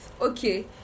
okay